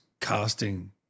casting